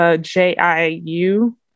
J-I-U